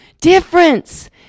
difference